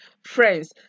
friends